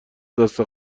دست